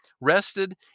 rested